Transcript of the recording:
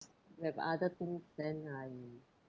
if have other things then I